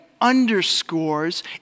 underscores